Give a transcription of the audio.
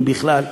אם בכלל,